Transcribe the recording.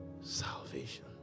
salvation